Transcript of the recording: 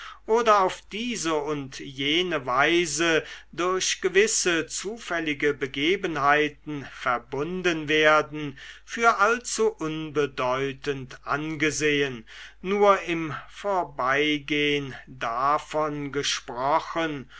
oder auf diese und jene weise durch gewisse zufällige begebenheiten verbunden werden für allzu unbedeutend angesehen nur im vorbeigehn davon gesprochen